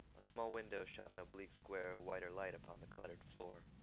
a small window shot an oblique square of whiter light upon the cluttered floor.